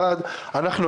דבר ראשון,